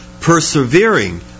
persevering